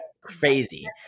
crazy